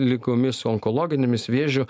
ligomis onkologinėmis vėžiu